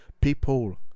People